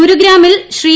ഗൂരുഗ്രാമിൽ Shri